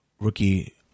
Rookie